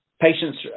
patients